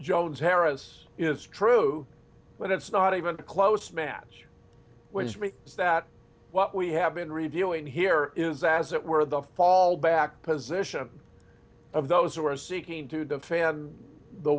jones harris is true but it's not even close match which is me is that what we have been revealing here is as it were the fallback position of those who are seeking to the fan the